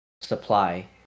supply